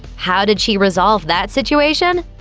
how did she resolve that situation?